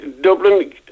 Dublin